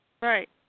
Right